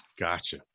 Gotcha